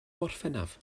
orffennaf